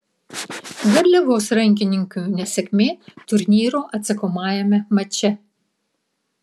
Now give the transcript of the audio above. garliavos rankininkių nesėkmė turnyro atsakomajame mače